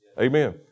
Amen